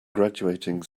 graduating